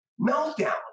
meltdown